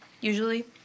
usually